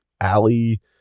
alley